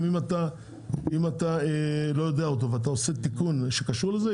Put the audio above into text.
אם אתה לא מודע לזה ואתה עושה איזשהו תיקון שקור לזה,